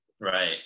Right